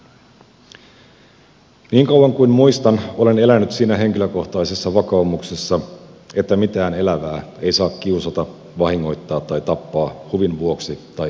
niin kauan kuin muistan olen elänyt siinä henkilökohtaisessa vakaumuksessa että mitään elävää ei saa kiusata vahingoittaa tai tappaa huvin vuoksi tai ihmisen iloksi